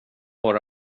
höra